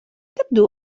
تبدو